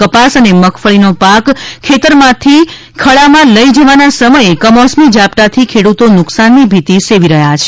કપાસ અને મગફળીનો પાક ખેતરમાથી ખળામાં લઈ જવાના સમયે કમોસમી ઝાપટાંથી ખેડૂતો નુકસાનની ભીતિ સેવી રહ્યા છે